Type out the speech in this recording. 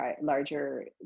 larger